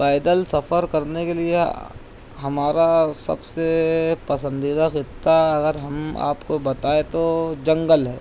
پیدل سفر کر نے کے لیے ہمارا سب سے پسندیدہ خطہ اگر ہم آپ کو بتائیں تو جنگل ہے